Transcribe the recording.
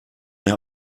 mehr